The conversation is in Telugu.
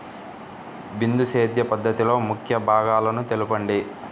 బిందు సేద్య పద్ధతిలో ముఖ్య భాగాలను తెలుపండి?